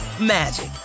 magic